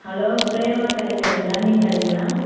hello Prema கறிக்கடைங்களா மீன் கடைங்களா